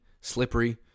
slippery